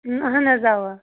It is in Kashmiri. اَہَن حظ اوا